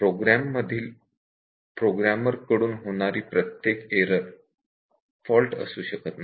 programme मधील programmer कडून होणारी प्रत्येक एरर फॉल्ट असू शकत नाही